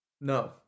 No